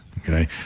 okay